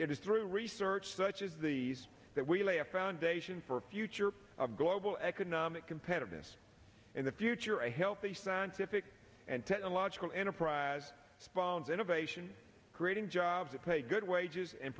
is through research such as these that we lay a foundation for future of global economic competitiveness in the future a healthy scientific and technological enterprise spawns innovation creating jobs that pay good wages and